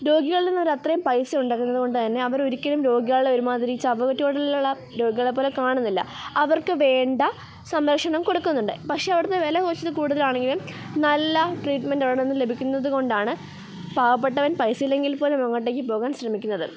രോഗികളിൽ നിന്ന് അവർ അത്രയും പൈസ ഉണ്ടാക്കുന്നത് കൊണ്ട് തന്നെ അവർ ഒരിക്കലും രോഗികളെ ഒരുമാതിരി ചവറ്റ് കൊട്ടയിൽ ഉള്ള രോഗികളെ പോലെ കാണുന്നില്ല അവർക്ക് വേണ്ട സംരക്ഷണം കൊടുക്കുന്നുണ്ട് പക്ഷേ അവിടുത്തെ വില കുറച്ച് കൂടുതലാണങ്കിലും നല്ല ട്രീറ്റ്മെൻറ് അവിടെ നിന്ന് ലഭിക്കുന്നത് കൊണ്ടാണ് പാവപ്പെട്ടവൻ പൈസ ഇല്ലെങ്കിൽ പോലും അങ്ങോട്ടേക്ക് പോകാൻ ശ്രമിക്കുന്നത്